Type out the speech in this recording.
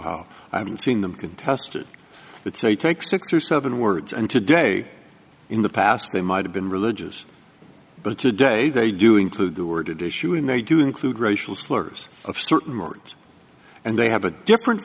how i haven't seen them contested that say take six or seven words and today in the past they might have been religious but today they do include the word to dish or when they do include racial slurs of certain words and they have a different